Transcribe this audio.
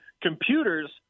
computers